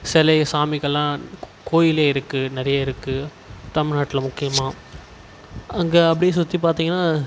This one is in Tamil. சிலை சாமிகள்லாம் கோ கோயிலில் இருக்குது நிறைய இருக்குது தமிழ்நாட்ல முக்கியமாக அங்கே அப்படியே சுற்றி பார்த்திங்கனா